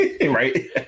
Right